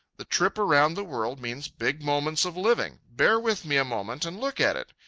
the trip around the world means big moments of living. bear with me a moment and look at it.